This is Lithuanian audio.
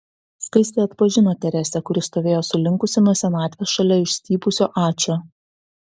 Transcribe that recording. skaistė atpažino teresę kuri stovėjo sulinkusi nuo senatvės šalia išstypusio ačio